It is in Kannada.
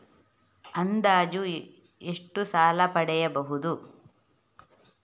ಅಂದಾಜು ಎಷ್ಟು ಸಾಲ ಪಡೆಯಬಹುದು?